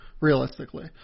realistically